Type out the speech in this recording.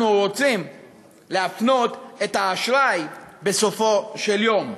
רוצים להפנות את האשראי בסופו של יום.